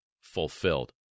fulfilled